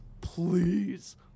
Please